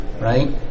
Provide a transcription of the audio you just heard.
right